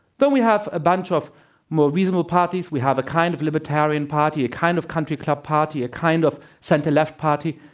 we have a bunch of more regional parties. we have a kind of libertarian party, a kind of country club party, a kind of center-left party.